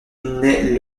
naît